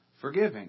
forgiving